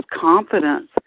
confidence